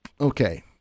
okay